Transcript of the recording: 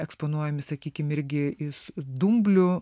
eksponuojami sakykim irgi iš dumblių